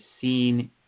seen